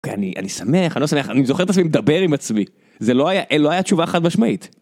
אני אני שמח אני זוכר את עצמי מדבר עם עצמי זה לא היה לא היה תשובה חד משמעית.